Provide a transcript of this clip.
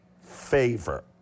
favor